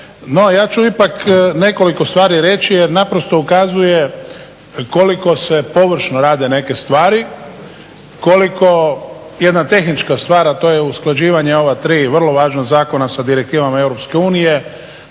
ja ću ipak nekoliko stvari reći jer naprosto ukazuje koliko se površno rade neke stvari, koliko jedna tehnička stvar a to je usklađivanje ova tri vrlo važna zakona sa direktivama EU kad onaj